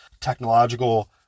technological